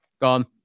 Gone